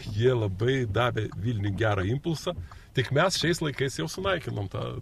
jie labai davė vilniui gerą impulsą tik mes šiais laikais jau sunaikinom tą